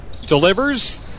Delivers